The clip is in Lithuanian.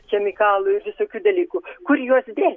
chemikalų ir visokių dalykų kur juos dėt